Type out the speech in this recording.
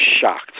shocked